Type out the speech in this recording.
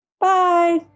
Bye